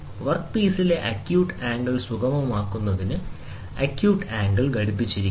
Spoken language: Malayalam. വർക്ക് പീസിലെ അക്യൂട്ട് ആംഗിൾ സുഗമമാക്കുന്നതിന് അക്യൂട്ട് ആംഗിൾ ഘടിപ്പിച്ചിരിക്കുന്നു